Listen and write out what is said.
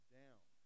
down